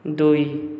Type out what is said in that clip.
ଦୁଇ